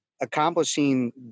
accomplishing